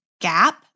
Gap